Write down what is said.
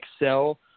excel